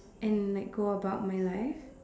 and like go about my life